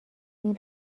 این